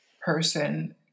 person